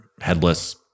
headless